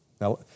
Now